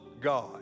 God